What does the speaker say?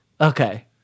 Okay